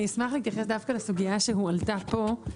אני אשמח להתייחס דווקא לסוגיה שהועלתה פה.